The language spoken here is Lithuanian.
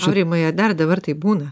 aurimai ar dar dabar taip būna